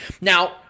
Now